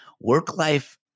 work-life